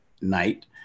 night